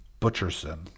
Butcherson